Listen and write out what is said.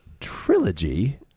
trilogy